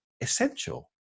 essential